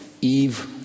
Eve